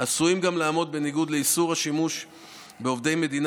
עשויים גם לעמוד בניגוד לאיסור השימוש בעובדי מדינה